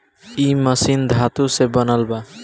इ मशीन धातु से बनल बा